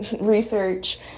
research